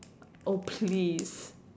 oh please